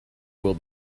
will